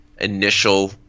initial